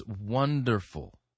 wonderful